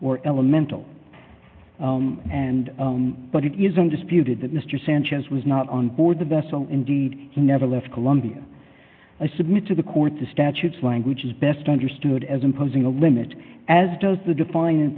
or elemental and but it isn't disputed that mr sanchez was not on board the vessel indeed he never left colombia i submit to the court the statutes language is best understood as imposing a limit as does the defin